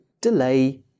delay